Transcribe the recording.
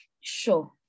Sure